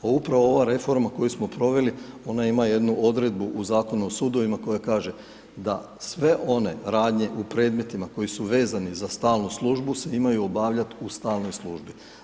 A upravo ova reforma koju smo proveli, ona ima jednu odredbu u Zakonu o sudovima koja kaže da sve one radnje u predmetima koji su vezani za stalnu službu se imaju obavljati u stalnoj službi.